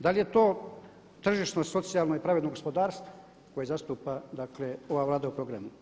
Da li je to tržišno, socijalno i pravedno gospodarstvo koje zastupa dakle ova Vlada u programu?